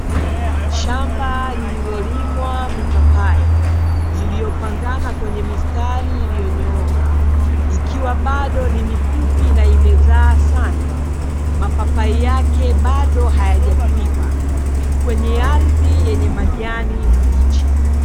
Shamba lililolimwa mipapai iliyopangana kwenye mistari iliyo nyooka, ikiwa bado ni mifupi na imezaa sana. Mapapai yake bado hayajakwiva kwenye ardhi yenye majani mabichi.